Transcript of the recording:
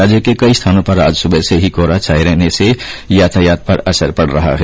राज्य के कई स्थानों पर आज सुबह से ही कोहरा छाये रहने से यातायात पर असर पड रहा है